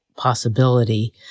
possibility